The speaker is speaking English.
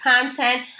content